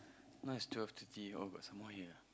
now is twelve thirty oh got some more here